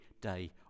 day